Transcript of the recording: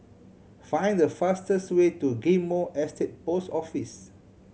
find the fastest way to Ghim Moh Estate Post Office